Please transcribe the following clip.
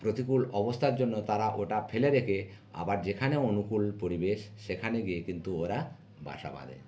প্রতিকূল অবস্থার জন্য তারা ওটা ফেলে রেখে আবার যেখানে অনুকূল পরিবেশ সেখানে গিয়ে কিন্তু ওরা বাসা বাঁধে